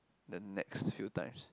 the next few times